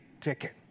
ticket